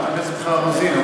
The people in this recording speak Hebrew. חברת הכנסת מיכל רוזין,